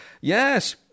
Yes